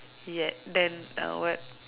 yet then uh what